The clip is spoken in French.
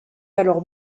alors